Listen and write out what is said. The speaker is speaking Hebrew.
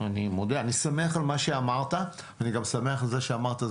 אני שמח על מה שאמרת ואני גם שמח על זה שאמרת,